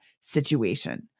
situation